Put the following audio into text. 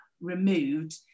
removed